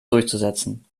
durchzusetzen